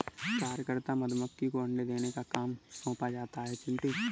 कार्यकर्ता मधुमक्खी को अंडे देने का काम सौंपा जाता है चिंटू